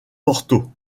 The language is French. porto